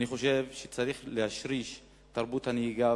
אני חושב שצריך להשריש את תרבות הנהיגה